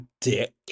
dick